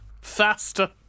faster